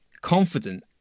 confident